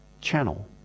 channel